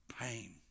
pain